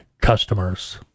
customers